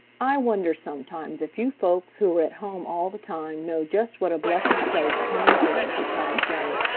i wonder sometimes if you folks who are at home all the time know just what a blessed place home is, replied jenny.